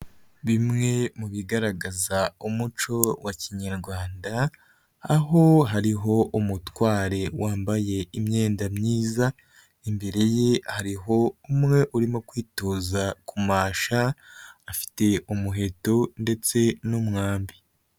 Bimwe mu bigaragaza umuco wa kinyarwanda, aho hariho umutware wambaye imyenda myiza, imbere ye hariho umwe urimo kwitoza kumasha, afite umuheto ndetse n'umwambi.